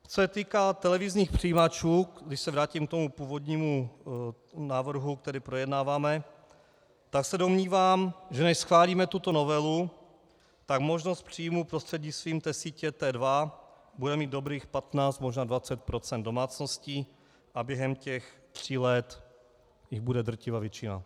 Co se týká televizních přijímačů, když se vrátím k tomu původnímu návrhu, který projednáváme, tak se domnívám, že než schválíme tuto novelu, tak možnost příjmu prostřednictvím té sítě T2 bude mít dobrých 15, možná 20 procent domácností a během těch tří let jich bude drtivá většina.